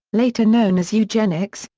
later known as eugenics,